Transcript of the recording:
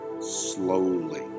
slowly